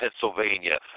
Pennsylvania